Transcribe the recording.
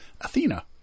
Athena